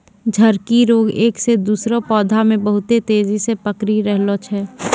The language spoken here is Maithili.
झड़की रोग एक से दुसरो पौधा मे बहुत तेजी से पकड़ी रहलो छै